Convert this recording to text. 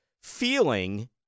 feeling